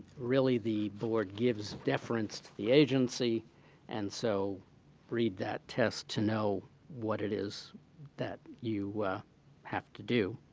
really the board gives deference to the agency and so read that test to know what it is that you have to do.